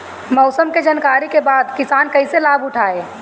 मौसम के जानकरी के बाद किसान कैसे लाभ उठाएं?